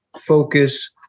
focus